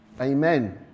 Amen